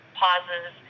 pauses